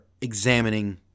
examining